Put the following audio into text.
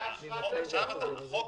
החוק